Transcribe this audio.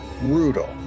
brutal